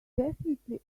definitely